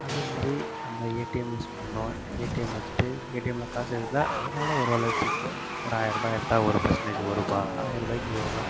அதேமாதிரி நம்ம ATM use பண்ணுறோம் ஏடிஎம் வச்சுட்டு ஏடிஎம்மில் காசு எடுத்தால் அதனால் ஒரு வளர்ச்சி ஒரு ஆயிரருபா எடுத்தால் ஒரு பர்சன்டேஜ் ஒருரூபா ஆயிரருபாய்க்கு ஒருரூபா